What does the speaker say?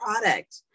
product